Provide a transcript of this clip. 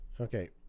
okay